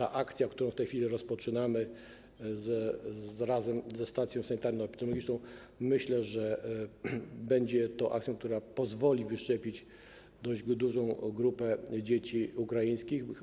Akcja, którą w tej chwili rozpoczynamy razem ze stacją sanitarno-epidemiologiczną, będzie, myślę, tą akcją, która pozwoli wyszczepić dość dużą grupę dzieci ukraińskich.